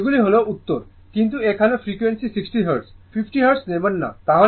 এইগুলি হল উত্তর কিন্তু এখানে ফ্রিকোয়েন্সি 60 হার্টজ 50 হার্টজ নেবেন না তাহলে এই উত্তর আসবে না